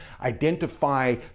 Identify